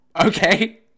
okay